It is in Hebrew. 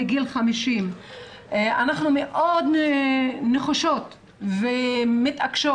מגיל 50. אנחנו מאוד נחושות ומתעקשות,